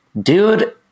dude